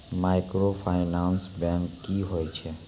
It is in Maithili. माइक्रोफाइनांस बैंक की होय छै?